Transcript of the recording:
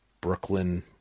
Brooklyn